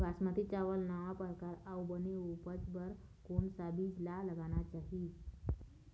बासमती चावल नावा परकार अऊ बने उपज बर कोन सा बीज ला लगाना चाही?